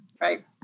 right